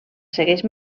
segueix